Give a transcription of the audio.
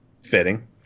Fitting